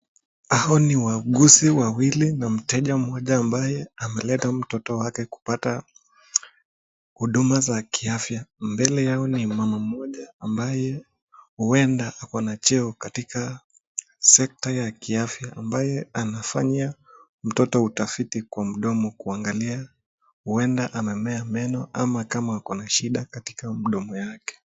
Hawa ni wauguzi wawili na mteja mmoja ambaye ameleta mtoto wake kupata huduma za kiafya, mbele yao ni mama mmoja ambaye huenda ako na cheo katika sekta ya kiafya ,ambaye anafanyia mtoto utafiti kwa mdomo kuangalia huenda anamea meno ama kama ako na shida katika mdomo wake.